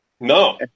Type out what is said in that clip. No